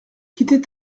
quitter